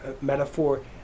metaphor